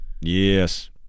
Yes